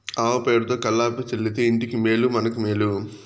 ఆవు పేడతో కళ్లాపి చల్లితే ఇంటికి మేలు మనకు మేలు